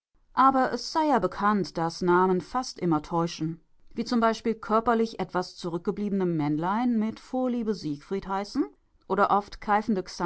aber es sei ja bekannt daß namen fast immer täuschen wie zum beispiel körperlich etwas zurückgebliebene männlein mit vorliebe siegfried hießen oder oft